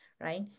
right